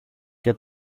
και